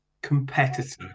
competitor